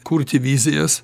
kurti vizijas